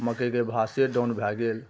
मकइके भाव से डाउन भए गेल